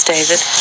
David